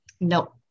No